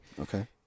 Okay